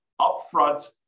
upfront